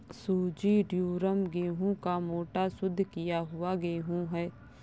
सूजी ड्यूरम गेहूं का मोटा, शुद्ध किया हुआ गेहूं है